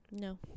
no